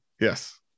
yes